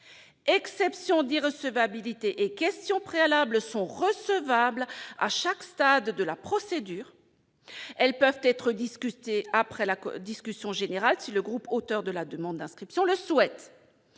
Exception d'irrecevabilité et question préalable sont recevables à chaque stade de la procédure. Elles peuvent être discutées après la discussion générale si le groupe auteur de la demande d'inscription le souhaite.